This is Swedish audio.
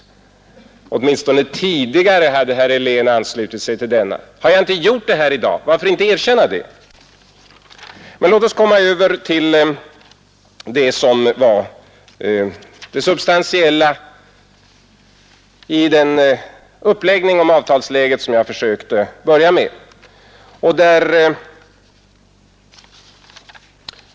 ”Åtminstone tidigare har herr Helén anslutit sig till denna,” sade statsministern. Har jag inte gjort det i dag? Varför inte erkänna det? Men låt oss komma över till det som var det substantiella i den uppläggning om avtalsläget som jag försökte börja med!